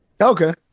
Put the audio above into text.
Okay